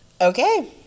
Okay